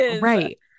Right